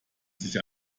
sich